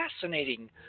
fascinating